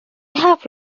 have